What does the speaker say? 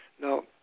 Now